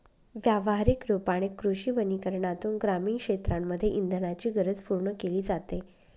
व्यवहारिक रूपाने कृषी वनीकरनातून ग्रामीण क्षेत्रांमध्ये इंधनाची गरज पूर्ण केली जाते